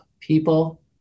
people